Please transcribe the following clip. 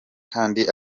kandi